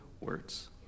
words